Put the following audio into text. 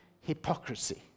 hypocrisy